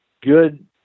good